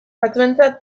batzuentzat